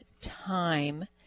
time